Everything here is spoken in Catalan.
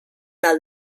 del